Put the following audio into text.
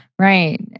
Right